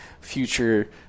future